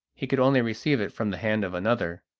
he could only receive it from the hand of another.